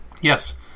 Yes